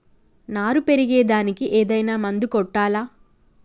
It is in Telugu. నారు పెరిగే దానికి ఏదైనా మందు కొట్టాలా?